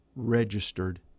registered